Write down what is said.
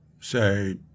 Say